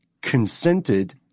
consented